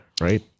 Right